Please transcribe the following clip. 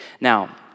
Now